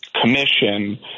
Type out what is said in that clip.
commission